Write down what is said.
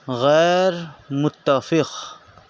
غیر متفق